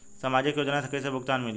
सामाजिक योजना से कइसे भुगतान मिली?